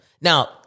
now